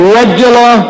regular